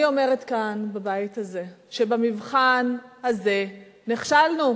אני אומרת כאן בבית הזה, שבמבחן הזה נכשלנו,